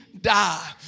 die